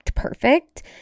perfect